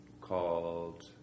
called